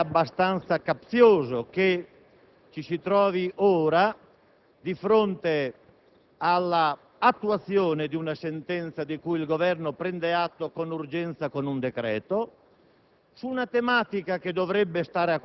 quindi abbastanza capzioso che ora, di fronte all'attuazione di una sentenza di cui il Governo prende atto con urgenza con un decreto,